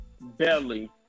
Belly